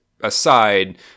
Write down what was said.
aside